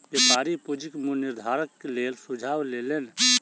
व्यापारी पूंजीक मूल्य निर्धारणक लेल सुझाव लेलैन